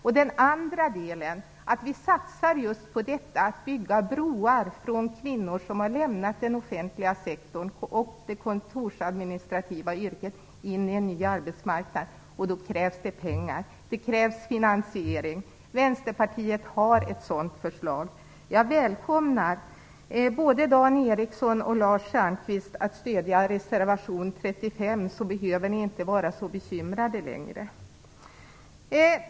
Vi bör satsa på att bygga broar från kvinnor som har lämnat den offentliga sektorn och det kontorsadministrativa yrket på en ny arbetsmarknad. Det krävs pengar. Det krävs finansiering. Vänsterpartiet har ett sådant förslag. Jag välkomnar både Dan Ericsson och Lars Stjernkvist att stödja reservation 35, så behöver ni inte vara så bekymrade längre.